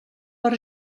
per